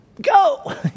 Go